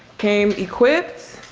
came equipped,